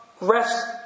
rest